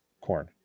corn